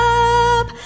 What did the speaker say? up